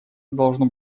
должно